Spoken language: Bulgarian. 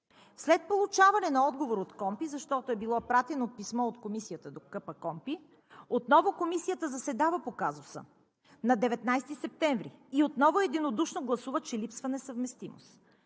След получаване на отговор от КОНПИ, защото е било пратено писмо от Комисията до КПКОНПИ, отново Комисията заседава по казуса на 19 септември и отново единодушно гласуват, че липсва несъвместимост.